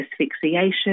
asphyxiation